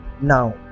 Now